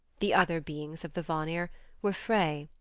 the other beings of the vanir were frey,